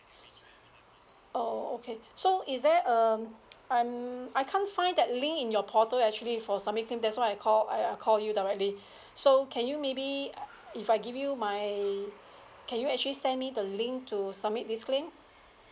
oh okay so is there um I'm I can't find that link in your portal actually for submitting that's why I call I I call you directly so can you maybe if I give you my can you actually send me the link to submit this claim